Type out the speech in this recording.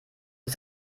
ist